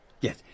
Yes